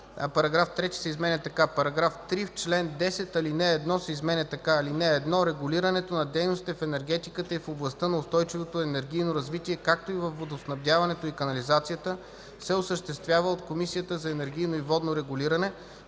„Параграф 3 се изменя така: „§ 3. В чл. 10 ал. 1 се изменя така: „(1) Регулирането на дейностите в енергетиката и в областта на устойчивото енергийно развитие, както и във водоснабдяването и канализацията, се осъществява от Комисията за енергийно и водно регулиране.”